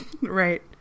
Right